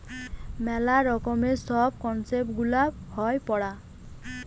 মেলা রকমের সব কনসেপ্ট গুলা হয় পড়ার